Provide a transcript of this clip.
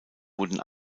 wurden